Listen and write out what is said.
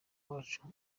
wacu